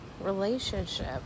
relationship